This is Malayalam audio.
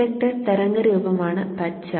ഇൻഡക്ടർ തരംഗരൂപമാണ് പച്ച